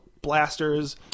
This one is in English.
blasters